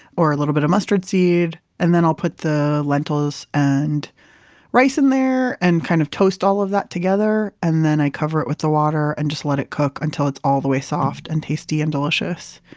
or a little bit of mustard seed. and then i'll put the lentils and rice in there and kind of toast all of that together and then i cover it with the water and just let it cook until it's all the way soft and tasty and delicious.